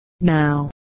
now